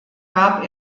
gab